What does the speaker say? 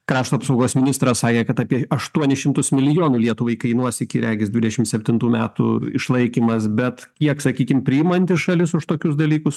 krašto apsaugos ministras sakė kad apie aštuonis šimtus milijonų lietuvai kainuos iki regis dvidešim septintų metų išlaikymas bet kiek sakykim priimanti šalis už tokius dalykus